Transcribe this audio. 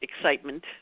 excitement